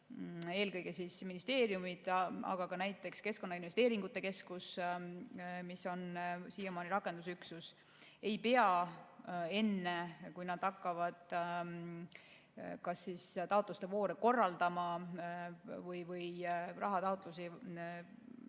eelkõige ministeeriumid, aga ka näiteks Keskkonnainvesteeringute Keskus, mis on siiamaani rakendusüksus, ei pea enne, kui nad hakkavad kas taotluste vooru korraldama või rahataotluste